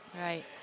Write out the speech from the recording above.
right